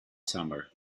summer